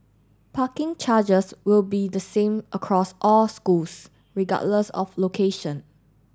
parking charges will be the same across all schools regardless of location